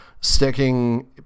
sticking